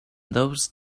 those